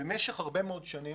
במשך הרבה מאוד שנים